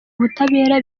ubutabera